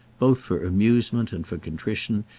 both for amusement and for contrition,